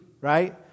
Right